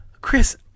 Chris